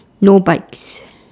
no bikes